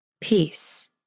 peace